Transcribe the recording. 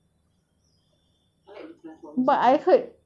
but I heard mummy is scary seh